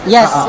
Yes